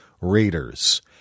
Raiders